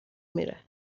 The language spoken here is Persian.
میره